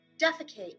defecate